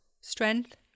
strength